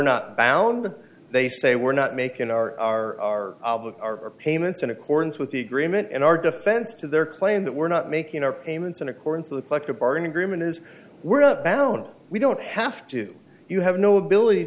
not bound and they say we're not making our our payments in accordance with the agreement and our defense to their claim that we're not making our payments in accordance to the collective bargaining agreement is we're out bound we don't have to you have no ability